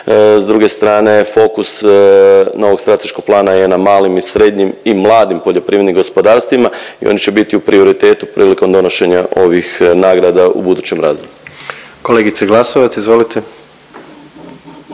S druge strane fokus novog strateškog plana je na malim i srednjim i mladim poljoprivrednim gospodarstvima i oni će biti u prioritetu prilikom donošenja ovih nagrada u budućem razdoblju. **Jandroković, Gordan